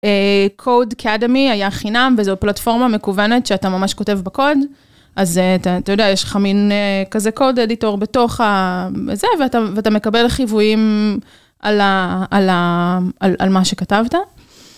אה... Codecademy היה חינם, וזו פלטפורמה מקוונת שאתה ממש כותב בה קוד. אז אה, אתה יודע, יש לך מין אה... כזה קוד אדיטור בתוך ה... זה, ואתה, ואתה מקבל חיוויים על ה... על ה... על, על מה שכתבת.